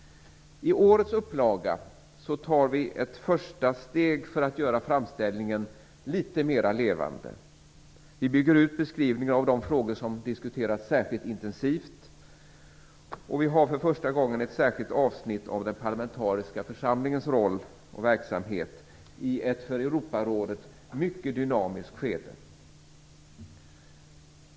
I årets upplaga tar vi ett första steg för att göra framställningen litet mer levande. Vi bygger ut beskrivningen av de frågor som diskuterats särskilt intensivt. Vi har för första gången ett särskilt avsnitt om den parlamentariska församlingens roll och verksamhet i ett för Europarådet mycket dynamiskt skede.